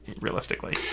realistically